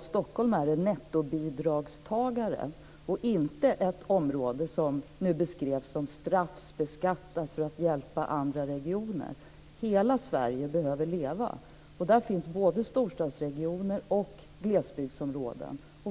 Stockholm är en nettobidragstagare och inte ett område som - vilket Fredrik Reinfeldt beskrev - straffbeskattas för att hjälpa andra regioner. Hela Sverige behöver leva, och det gäller både storstadsregioner och glesbygdsområden.